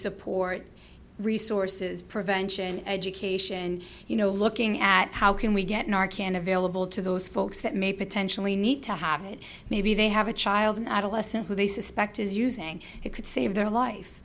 support resources prevention education you know looking at how can we get our can available to those folks that may potentially need to have it maybe they have a child and adolescent who they suspect is using it could save their life